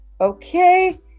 okay